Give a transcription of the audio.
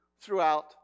throughout